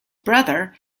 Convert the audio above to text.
brother